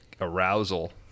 arousal